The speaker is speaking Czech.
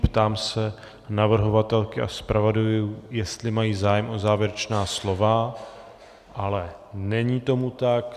Ptám se navrhovatelky a zpravodajů, jestli mají zájem o závěrečná slova, ale není tomu tak.